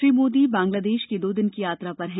श्री मोदी बांग्लादेश की दो दिन की यात्रा पर है